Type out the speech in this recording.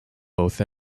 both